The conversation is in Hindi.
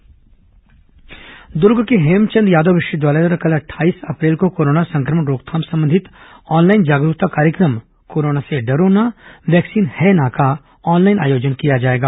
राज्यपाल कोरोना जागरूकता द्र्ग के हेमचंद यादव विश्वविद्यालय द्वारा कल अट्ठाईस अप्रैल को कोरोना संक्रमण रोकथाम संबंधित ऑनलाइन जागरूकता कार्यक्रम कोरोना से डरो ना वैक्सीन है ना का ऑनलाइन आयोजन किया जाएगा